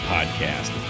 Podcast